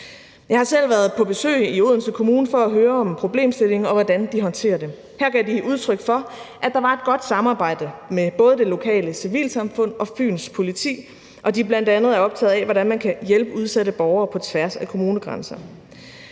Jeg har selv været på besøg i Odense Kommune for at høre om problemstillingen og om, hvordan de håndterer den. Her gav de udtryk for, at der var et godt samarbejde med både det lokale civilsamfund og Fyns Politi, og at de bl.a. er optagede af, hvordan man kan hjælpe udsatte borgere på tværs af kommunegrænserne.